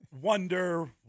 wonder